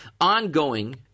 ongoing